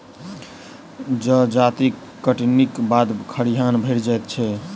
जजाति कटनीक बाद खरिहान भरि जाइत छै